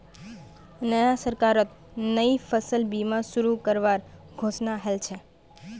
नया सरकारत नई फसल बीमा शुरू करवार घोषणा हल छ